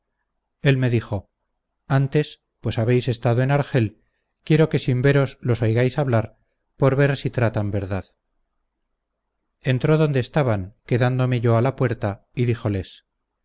él me dijo antes pues habéis estado en argel quiero que sin veros los oigáis hablar por ver si tratan verdad entró donde estaban quedándome yo a la puerta y